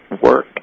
work